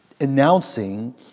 announcing